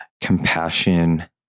compassion